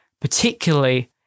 particularly